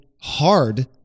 hard